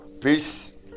peace